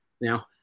Now